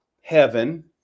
heaven